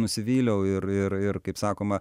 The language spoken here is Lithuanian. nusivyliau ir ir ir kaip sakoma